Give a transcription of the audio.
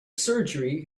surgery